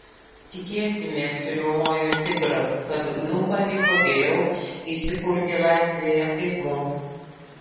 tikėsimės suriaumojo tigras kad gnu pavyko geriau įsikurti laisvėje kaip mums